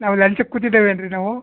ನಾವು ಲಂಚಕ್ಕೆ ಕೂತಿದೇವೇನ್ರಿ ನಾವು